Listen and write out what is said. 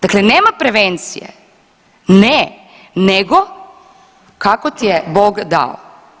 Dakle, nema prevencije ne, nego kako ti je Bog dao.